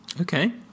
Okay